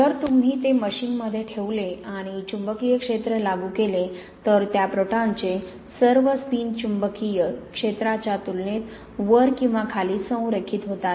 जर तुम्ही ते मशीनमध्ये ठेवले आणि चुंबकीय क्षेत्र लागू केले तर त्या प्रोटॉनचे सर्व स्पिन चुंबकीय क्षेत्राच्या तुलनेत वर किंवा खाली संरेखित होतात